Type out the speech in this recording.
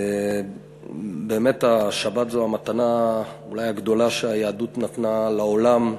באמת השבת זו המתנה אולי הגדולה שהיהדות נתנה לעולם,